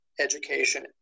education